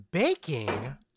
Baking